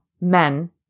men